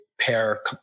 pair